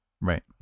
Right